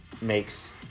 makes